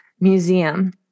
museum